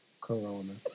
Corona